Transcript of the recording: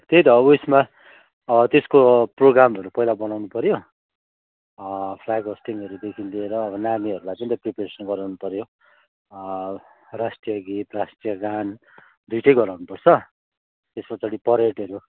त्यही त अब उयसमा त्यसको प्रोग्रामहरू पहिला बनाउनुपऱ्यो फ्लाग होस्टिङहरूदेखि लिएर अब नानीहरूलाई चाहिँ नि त प्रिपेरेसन गराउनुपऱ्यो राष्ट्रिय गीत राष्ट्रिय गान दुईवटै गराउनुपर्छ त्यस पछाडि परेडहरू